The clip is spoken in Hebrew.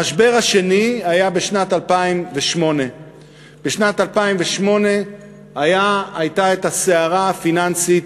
המשבר השני היה בשנת 2008. בשנת 2008 הייתה הסערה הפיננסית